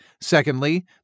Secondly